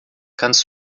kannst